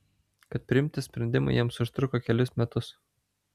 kad priimti sprendimą jiems užtruko kelis metus